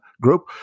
group